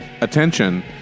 attention